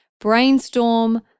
Brainstorm